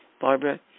Barbara